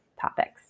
topics